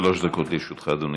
שלוש דקות לרשותך, אדוני.